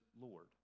Lord